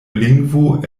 lingvo